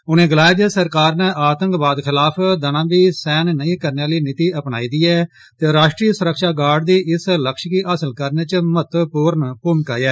उनें गलाया जे सरकार नै आतंकवाद खिलाफ दना बी बर्दाश्त नेईं करने आह्ली नीति अपनाई दी ऐ ते राष्ट्रीय सुरक्षा गार्ड दी इस लक्ष्य गी हासल करने च महत्वपूर्ण भूमिका ऐ